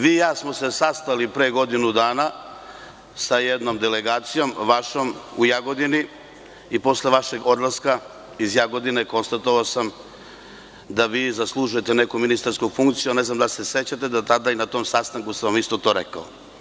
Vi i ja smo se sastali pre godinu dana sa jednom vašom delegacijom u Jagodini i posle vašeg odlaska iz Jagodine sam konstatovao da zaslužujete neke ministarsku funkciju, a ne znam da li se sećate da sam tada i na tom sastanku sam isto to rekao.